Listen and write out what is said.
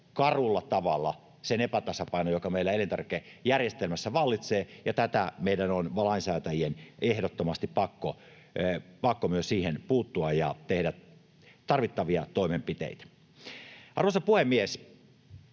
karulla tavalla sen epätasapainon, joka meillä elintarvikejärjestelmässä vallitsee, ja tähän meidän, lainsäätäjien, on ehdottomasti pakko myös puuttua ja tehdä tarvittavia toimenpiteitä. Arvoisa puhemies!